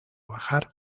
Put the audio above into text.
bajar